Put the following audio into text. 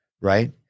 right